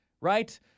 Right